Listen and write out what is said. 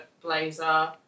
blazer